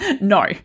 No